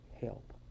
help